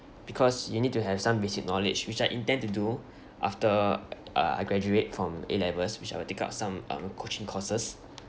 because you need to have some basic knowledge which I intend to do after uh I graduate from A levels which I will take up some um coaching courses